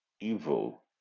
evil